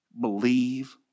Believe